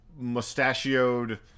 mustachioed